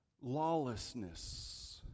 lawlessness